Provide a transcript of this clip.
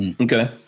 Okay